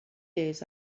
days